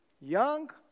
Young